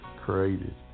Created